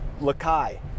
Lakai